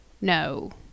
No